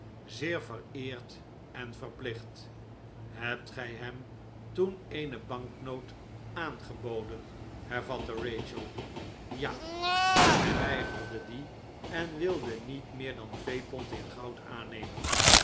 zeer vereerd en verplicht hebt gij hem toen eene banknoot aangeboden hervatte rachel ja maar hij weigerde die en wilde niet meer dan twee pond in goud aannemen